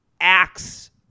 acts